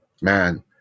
man